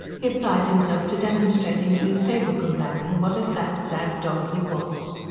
he applied himself to demonstrating to his table-companion what a sad, sad dog he was.